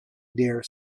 dare